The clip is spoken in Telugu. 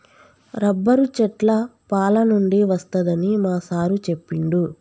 రబ్బరు చెట్ల పాలనుండి వస్తదని మా సారు చెప్పిండు